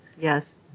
Yes